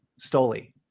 Stoli